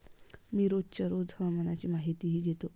मी रोजच्या रोज हवामानाची माहितीही घेतो